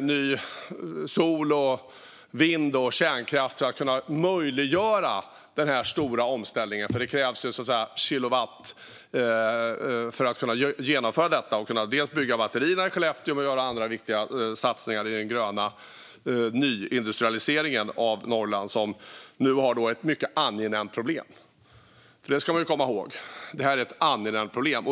ny såväl sol och vindkraft som kärnkraft för att kunna möjliggöra den här stora omställningen, för det krävs så att säga kilowattimmar för att kunna genomföra detta. Det behövs för att man ska kunna bygga batterierna i Skellefteå och göra andra viktiga satsningar i den gröna nyindustrialiseringen av Norrland, som nu har ett mycket angenämt problem. Man ska komma ihåg att detta är just ett angenämt problem!